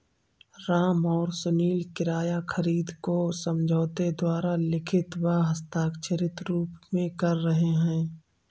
राम और सुनील किराया खरीद को समझौते द्वारा लिखित व हस्ताक्षरित रूप में कर रहे हैं